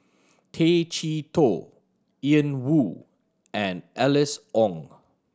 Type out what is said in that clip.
Tay Chee Toh Ian Woo and Alice Ong